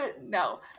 No